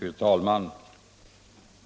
Fru talman!